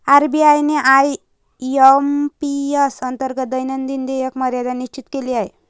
RBI ने IMPS अंतर्गत दैनंदिन देयक मर्यादा निश्चित केली आहे